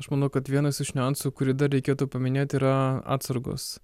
aš manau kad vienas iš niuansų kurį dar reikėtų paminėti yra atsargos